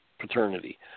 paternity